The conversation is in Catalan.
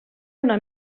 una